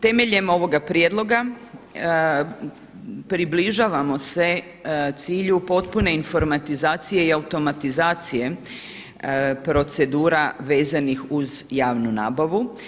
Temeljem ovoga prijedloga približavamo se cilju potpune informatizacije i automatizacije procedura vezanih uz javnu nabavu.